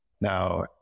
Now